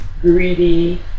greedy